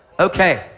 okay.